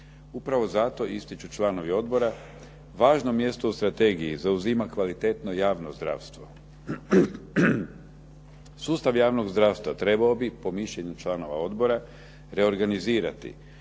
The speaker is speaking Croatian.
Upravo zato, ističu članovi odbora, važno mjesto u strategiji zauzima kvalitetno javno zdravstvo. Sustav javnog zdravstva trebao bi, po mišljenju članova odbora, reorganizirati